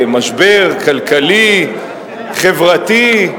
משבר כלכלי-חברתי,